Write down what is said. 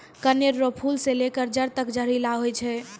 कनेर रो फूल से लेकर जड़ तक जहरीला होय छै